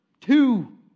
Two